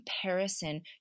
comparison